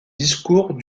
discours